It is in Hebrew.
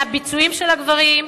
מהביצועים של הגברים,